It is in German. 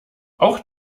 auch